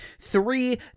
three